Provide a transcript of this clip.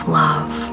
love